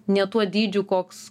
ne tuo dydžiu koks